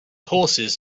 horses